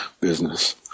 business